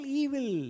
evil